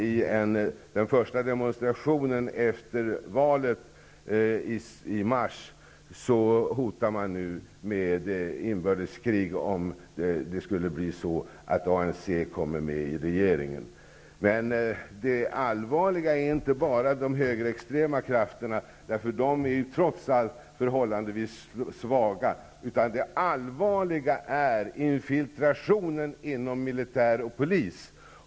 I den första demonstrationen efter valet i mars hotar man nu med inbördeskrig om ANC kommer med i regeringen. Det är inte bara de högerextrema krafterna som är allvarliga. De är trots allt förhållandevis svaga. Det allvarliga är infiltrationen inom militär och polis.